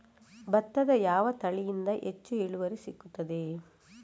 ಭತ್ತದ ಯಾವ ತಳಿಯಿಂದ ಹೆಚ್ಚು ಇಳುವರಿ ಸಿಗುತ್ತದೆ?